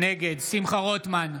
נגד שמחה רוטמן,